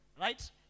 right